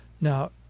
Now